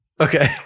Okay